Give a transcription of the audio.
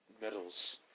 medals